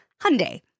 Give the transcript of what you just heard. Hyundai